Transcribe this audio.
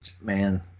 Man